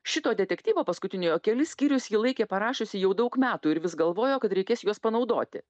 šito detektyvo paskutiniojo kelis skyrius jį laikė parašiusi jau daug metų ir vis galvojo kad reikės juos panaudoti